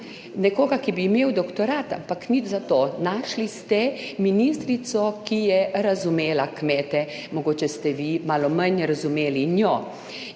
nekoga, ki bi imel doktorat, ampak nič za to, našli ste ministrico, ki je razumela kmete. Mogoče ste vi malo manj razumeli njo